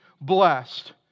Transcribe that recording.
blessed